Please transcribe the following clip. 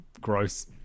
gross